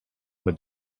were